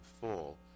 full